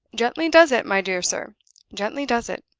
gently does it, my dear sir gently does it.